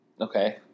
Okay